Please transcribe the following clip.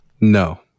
No